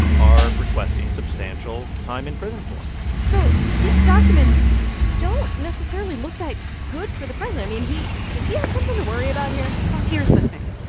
are requesting substantial time in prison for him so these documents don't necessarily look that good for the president. i mean, he does he have something to worry about here? well, here's the thing.